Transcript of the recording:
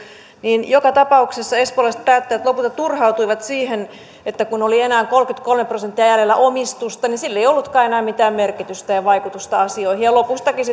mutta joka tapauksessa espoolaiset päättäjät lopulta turhautuivat siihen että kun oli enää kolmekymmentäkolme prosenttia jäljellä omistusta niin sillä ei ollutkaan enää mitään merkitystä ja vaikutusta asioihin ja lopustakin